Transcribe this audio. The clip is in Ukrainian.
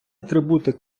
атрибути